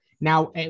Now